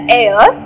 air